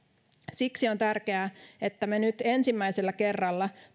siksi on tärkeää että me nyt ensimmäisellä kerralla